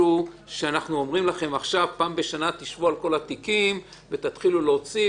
שאנחנו אומרים לכם עכשיו פעם בשנה תשבו על כל התיקים ותתחילו להוציא,